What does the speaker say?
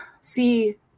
see